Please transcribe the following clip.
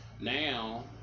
Now